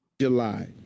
July